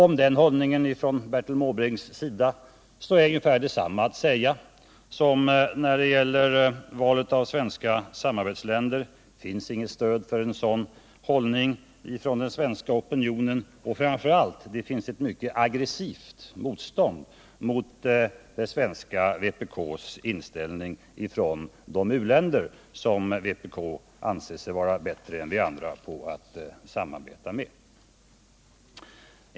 Om denna Bertil Måbrinks hållning är ungefär detsamma att säga som när det gäller Sveriges val av samarbetsländer: det finns inget stöd för en sådan hållning i den svenska opinionen. Och framför allt: det finns ett mycket aggressivt motstånd mot det svenska vpk:s inställning hos de u-länder som vpk anser vara bättre än de andra att samarbeta med.